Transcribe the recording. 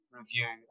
review